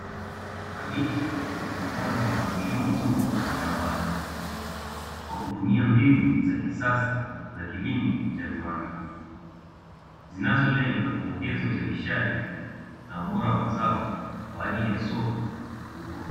Kabichi zimepandwa kwa mpangilio mzuri shambani, kwa kutumia mbinu za kisasa za kilimo cha viwanda, zinazolenga kuongeza uzalishaji na ubora wa mazao kwa ajili ya soko kubwa.